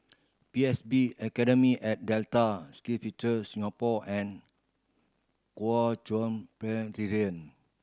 P S B Academy at Delta SkillsFuture Singapore and Kuo Chuan